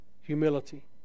humility